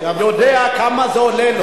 יודע כמה זה עולה לו.